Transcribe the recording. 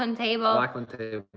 and table. lockeland table.